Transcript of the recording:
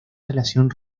relación